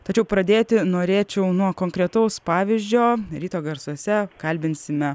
tačiau pradėti norėčiau nuo konkretaus pavyzdžio ryto garsuose kalbinsime